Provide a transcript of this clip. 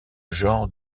genre